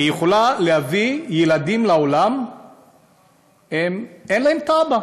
היא יכולה להביא ילדים לעולם הם, אין להם אבא,